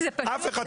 אף אחד,